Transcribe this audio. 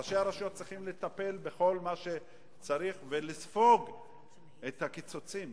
ראשי הרשויות צריכים לטפל בכל מה שצריך ולספוג את הקיצוצים,